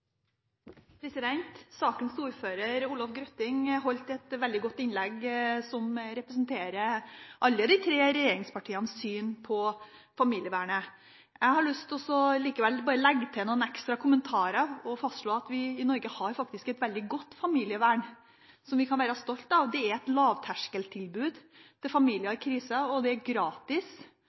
Sakens ordfører, Olov Grøtting, holdt et veldig godt innlegg, som representerer alle de tre regjeringspartienes syn på familievernet. Jeg har likevel lyst til bare å legge til noen ekstra kommentarer, og vil fastslå at vi i Norge har et veldig godt familievern som vi kan være stolt av. Det er et lavterskeltilbud til familier i krise, og det er gratis.